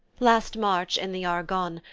last march, in the argonne,